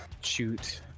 shoot